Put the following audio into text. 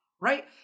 right